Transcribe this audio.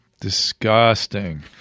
disgusting